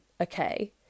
Okay